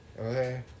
okay